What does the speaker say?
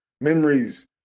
memories